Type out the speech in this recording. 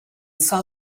saw